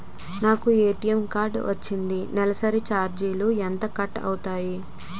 నాకు ATM card వచ్చింది నెలసరి ఛార్జీలు ఎంత కట్ అవ్తున్నాయి?